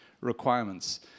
requirements